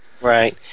Right